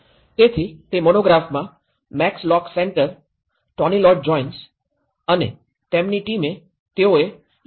તેથી તે મોનોગ્રાફમાં Max Lock Centre Tony Lloyd Jones અને તેમની ટીમે તેઓએ યુ